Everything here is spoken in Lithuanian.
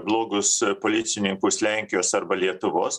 blogus policininkus lenkijos arba lietuvos